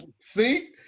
See